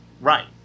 Right